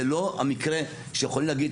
זה לא המקרה שיכולים להגיד,